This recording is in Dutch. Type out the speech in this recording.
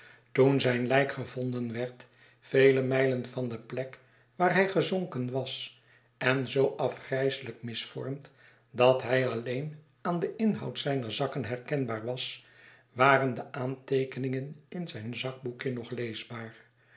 toen zijn lijk gevonden werd vele mijlen van de plek waar hij gezonken was en zoo afgrijselijk misvormd dat hij alleen aan den inhoud zijner zakken herkenbaar was waren de aanteekeningen in zijn zakboekje nog leesbaar